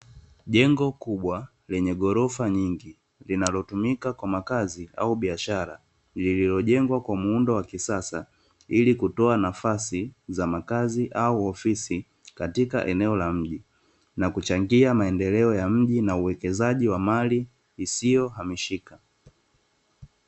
Jengo kubwa lenye ghorofa nyingi, linalotumika kwa makazi au biashara, lililojengwa kwa muundo wa kisasa ili kutoa nafasi za makazi au ofisi katika eneo la mji na kuchangia maendeleo ya mali isiyohamishika.